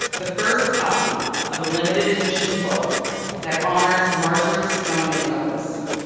the first copy of a limited edition book that honors marjory stoneman douglas.